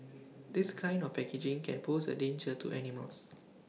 this kind of packaging can pose A danger to animals